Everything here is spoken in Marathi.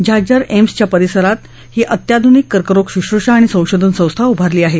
झाज्जर एम्सच्या परसिरात ही अत्याधुनिक कर्करोग शुश्रृषा आणि संशोधन संस्था उभारली आहे